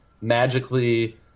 magically